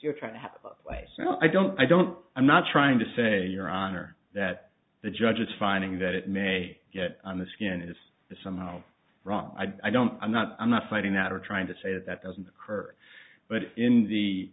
you're trying to sell i don't i don't i'm not trying to say your honor that the judge is finding that it may get on the skin is somehow wrong i don't i'm not i'm not fighting that or trying to say that that doesn't occur but in the